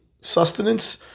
sustenance